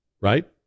Right